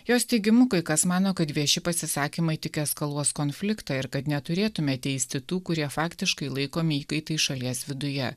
jos teigimu kai kas mano kad vieši pasisakymai tik eskaluos konfliktą ir kad neturėtumėme teisti tų kurie faktiškai laikomi įkaitais šalies viduje